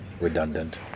redundant